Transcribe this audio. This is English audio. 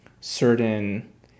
certain